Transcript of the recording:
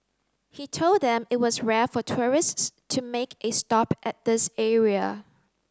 he told them it was rare for tourists to make a stop at this area